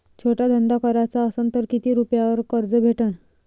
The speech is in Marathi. छोटा धंदा कराचा असन तर किती रुप्यावर कर्ज भेटन?